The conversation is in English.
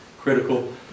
critical